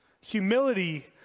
Humility